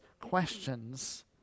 questions